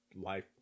life